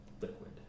liquid